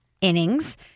innings